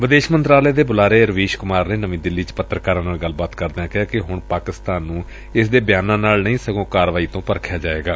ਵਿਦੇਸ਼ ਮੰਤਰਾਲੇ ਦੇ ਬੁਲਾਰੇ ਰਵੀਸ਼ ਕੁਮਾਰ ਨੇ ਨਵੀਂ ਦਿੱਲੀ ਚ ਪੱਤਰਕਾਰਾਂ ਨਾਲ ਗੱਲਬਾਤ ਕਰਦਿਆਂ ਕਿਹਾ ਕਿ ਹੁਣ ਪਾਕਿਸਤਾਨ ਨੂੰ ਇਸ ਦੇ ਬਿਆਨਾਂ ਨਾਲ ਨਹੀਂ ਸਗੋਂ ਕਾਰਵਾਈ ਤੋਂ ਪਰਖਿਆ ਜਾਏਗਾ